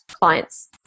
clients